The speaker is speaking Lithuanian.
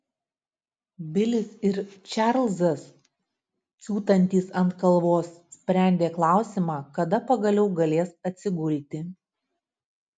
bilis ir čarlzas kiūtantys ant kalvos sprendė klausimą kada pagaliau galės atsigulti